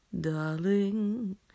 darling